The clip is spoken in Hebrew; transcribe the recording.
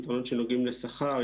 יתרונות שנוגעים לשכר,